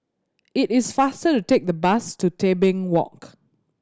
it is faster to take the bus to Tebing Walk